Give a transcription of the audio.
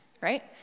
right